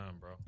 bro